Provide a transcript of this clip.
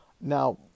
Now